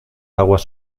aguas